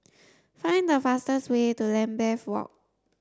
find the fastest way to Lambeth Walk